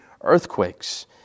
earthquakes